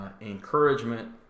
encouragement